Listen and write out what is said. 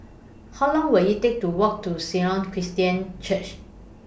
How Long Will IT Take to Walk to Sion Christian Church